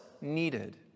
needed